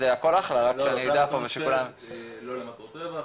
לא למטרות רווח.